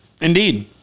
Indeed